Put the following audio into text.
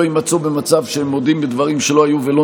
לא יימצאו במצב שהם מודים בדברים שלא היו ולא